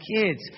kids